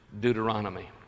Deuteronomy